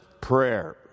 prayer